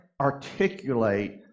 articulate